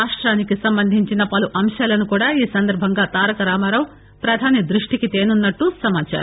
రాష్టానికి సంబంధించిన పలు అంశాలను కూడా ఈ సందర్బంగా తారక రామారావు ప్రధాని దృష్టికి తేనున్నట్లు సమాచారం